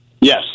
Yes